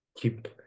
keep